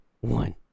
one